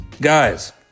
Guys